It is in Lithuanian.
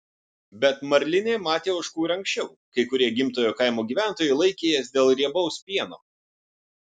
bet marlinė matė ožkų ir anksčiau kai kurie gimtojo kaimo gyventojai laikė jas dėl riebaus pieno